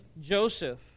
Joseph